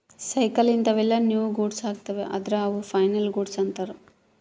cycle ಇಂತವೆಲ್ಲ ನು goods ಅಗ್ತವ ಅದ್ರ ಅವು ಫೈನಲ್ ಗೂಡ್ಸ್ ಅಂತರ್